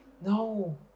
No